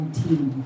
team